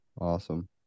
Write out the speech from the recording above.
Awesome